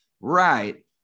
right